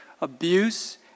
abuse